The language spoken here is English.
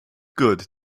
good